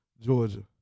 Georgia